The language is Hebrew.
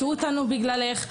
השעו אותנו בגללך.